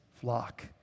flock